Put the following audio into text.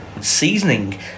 seasoning